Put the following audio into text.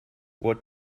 what